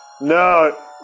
no